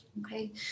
okay